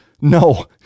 No